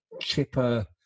chipper